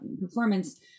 performance